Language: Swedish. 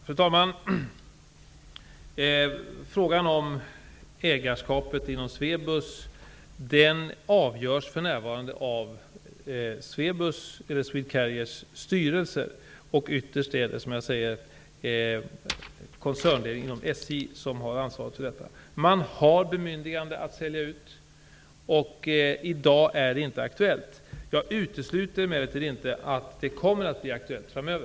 Fru talman! Frågan om Swebus ägarskap avgörs för närvarande av Swedcarriers styrelse, och ytterst är det koncernledningen inom SJ som har ansvaret. Man har bemyndigande att sälja ut, men i dag är det inte aktuellt. Jag utesluter emellertid inte att det kommer att bli aktuellt framöver.